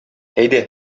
әйдә